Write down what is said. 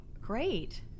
Great